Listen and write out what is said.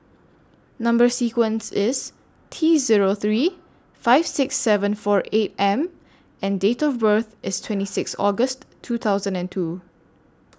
Number sequence IS T Zero three five six seven four eight M and Date of birth IS twenty six August two thousand and two